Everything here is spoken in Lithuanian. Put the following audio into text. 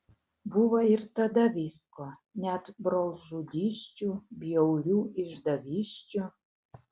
buvo ir tada visko net brolžudysčių bjaurių išdavysčių